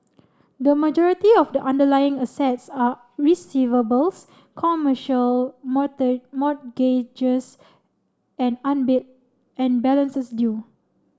the majority of the underlying assets are receivables commercial mortgages and balances due